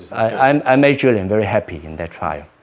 i um i made julien very happy in that trial.